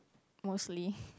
mostly